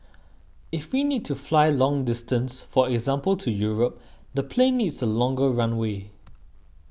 if we need to fly long distance for example to Europe the plane needs a longer runway